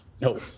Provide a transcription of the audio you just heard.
No